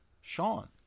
Sean